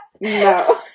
No